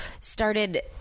started